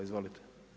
Izvolite.